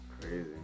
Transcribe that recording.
Crazy